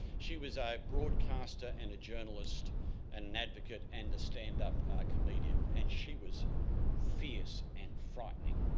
she was a broadcaster and a journalist and an advocate and a stand-up comedian and she was fierce and frightening.